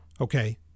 Okay